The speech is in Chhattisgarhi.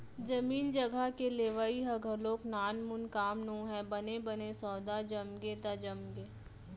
जमीन जघा के लेवई ह घलोक नानमून काम नोहय बने बने सौदा जमगे त जमगे